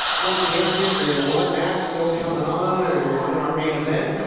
four champions in one match, still coming on and in our main event.